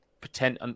pretend